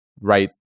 right